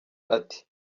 ati